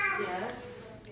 Yes